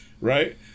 right